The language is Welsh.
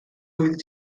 oeddet